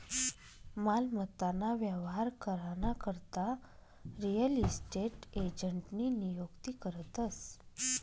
मालमत्ता ना व्यवहार करा ना करता रियल इस्टेट एजंटनी नियुक्ती करतस